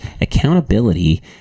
Accountability